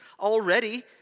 Already